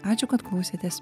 ačiū kad klausėtės